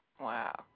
Wow